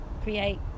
create